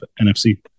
NFC